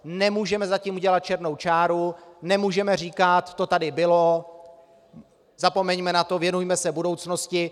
Nemůžeme za tím udělat černou čáru, nemůžeme říkat: to tady bylo, zapomeňme na to, věnujme se budoucnosti.